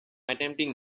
attempting